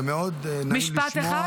זה מאוד נעים לשמוע